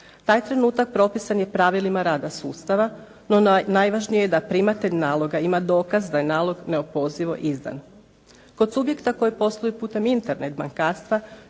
Taj trenutak propisan je pravilima rada sustava no najvažnije je da primatelj naloga ima dokaz da je nalog neopozivo izdan. Kod subjekta koji posluje putem Internet bankarstva